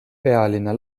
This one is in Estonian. pealinna